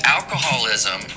alcoholism